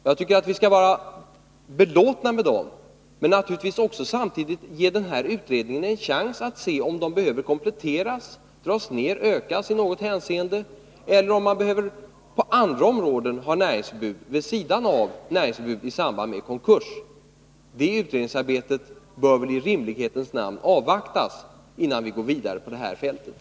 Jag tycker att vi skall vara belåtna med dem, men samtidigt naturligtvis också ge utredningen en chans att se om det i något hänseende behövs en komplettering, neddragning eller utökning, eller om det på andra områden är nödvändigt med näringsförbud vid sidan av näringsförbudet i samband med konkurs. Det utredningsarbetet bör väl i rimlighetens namn avvaktas, innan vi går vidare på det här fältet.